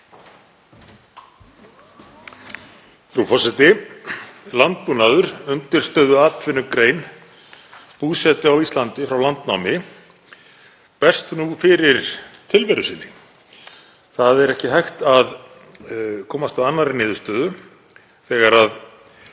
Frú forseti. Landbúnaður, undirstöðuatvinnugrein búsetu á Íslandi frá landnámi, berst nú fyrir tilveru sinni. Það er ekki hægt að komast að annarri niðurstöðu þegar við